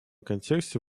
контексте